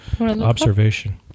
observation